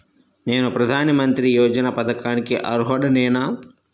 నేను ప్రధాని మంత్రి యోజన పథకానికి అర్హుడ నేన?